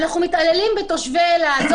אנחנו מתעללים בתושבי אילת.